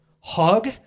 hug